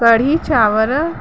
कढ़ी चांवर